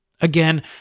Again